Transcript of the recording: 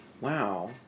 Wow